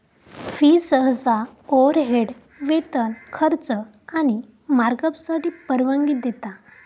fee सहसा overhead, वेतन, खर्च आणि मार्कअपसाठी परवानगी देता